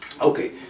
Okay